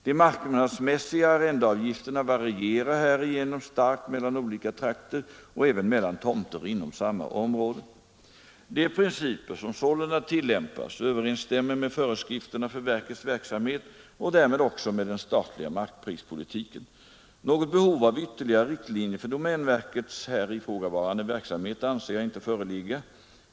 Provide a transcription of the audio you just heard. De marknadsmässiga arrendeavgifterna varierar härigenom starkt mellan olika trakter och även mellan tomter inom samma område. De principer som sålunda tillämpas överensstämmer med föreskrifterna för verkets verksamhet och därmed också med den statliga markprispolitiken. Något behov av ytterligare riktlinjer för domänverkets här ifrågavarande verksamhet anser jag inte föreligga.